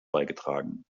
beigetragen